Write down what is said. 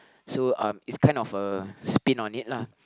so um it's kind of a spin on it lah